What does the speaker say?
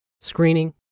screening